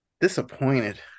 Disappointed